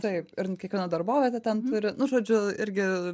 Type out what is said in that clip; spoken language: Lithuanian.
taip ir kiekviena darbovietė ten turi nu žodžiu irgi